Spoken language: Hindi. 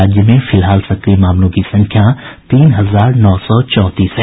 राज्य में फिलहाल सक्रिय मामलों की संख्या तीन हजार नौ सौ चौंतीस है